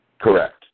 Correct